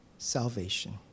salvation